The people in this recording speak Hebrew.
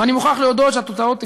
ואני מוכרח להודות שהתוצאות הפתיעו,